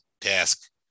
task